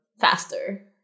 faster